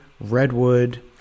redwood